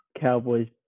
Cowboys